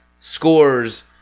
scores